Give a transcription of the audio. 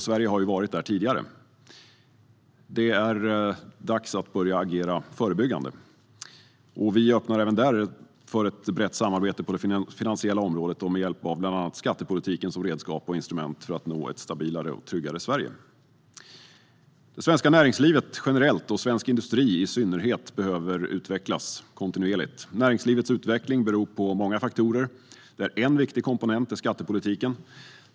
Sverige har varit där tidigare. Det är dags att börja agera förebyggande, och vi öppnar även där för ett brett samarbete på det finansiella området med bland annat skattepolitiken som ett redskap för att nå ett stabilare och tryggare Sverige. Det svenska näringslivet generellt och svensk industri i synnerhet behöver utvecklas kontinuerligt. Näringslivets utveckling beror på många faktorer där en viktig komponent är skattepolitiken.